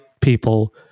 people